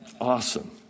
awesome